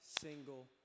single